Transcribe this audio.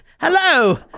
Hello